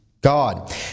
God